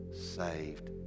saved